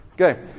Okay